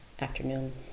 afternoon